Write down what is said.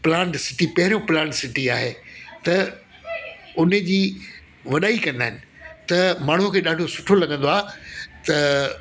planned city पहिरियों planned city आहे त उनजी वॾाई कंदा आहिनि त माण्हूअ खे ॾाढो सुठो लॻंदो आहे त